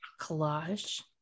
collage